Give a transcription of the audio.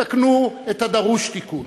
תקנו את הדרוש תיקון,